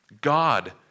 God